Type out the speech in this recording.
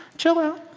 chill out.